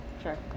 Sure